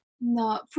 No